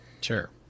sure